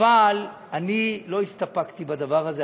אבל אני לא הסתפקתי בדבר הזה,